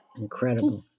Incredible